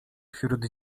wśród